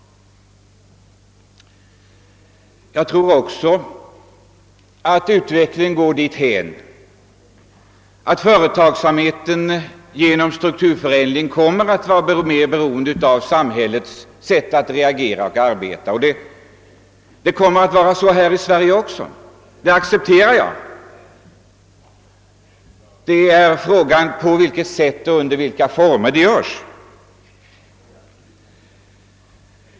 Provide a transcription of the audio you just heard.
Även jag tror att utvecklingen går dithän att företagsamheten genom strukturförändring kommer att vara mer beroende av samhällets sätt att reagera och arbeta. Så kommer det också att bli här i Sverige, och det accepterar jag. Det rör sig här om på vilket sätt och under vilka former det görs.